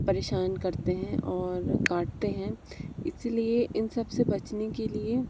परेशान करते हैं और वह काटते हैं इसीलिए इन सबसे बचने के लिए